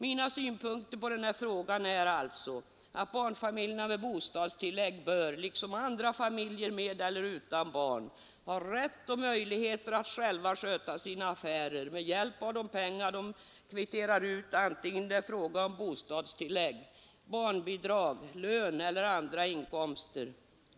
Mina synpunkter på den här frågan är alltså att barnfamiljerna med bostadstillägg, liksom andra familjer med eller utan barn, bör ha rätt och möjligheter att själva sköta sina affärer med hjälp av de pengar de kvitterar ut, antingen det är fråga om bostadstillägg, barnbidrag, lön eller andra inkomster.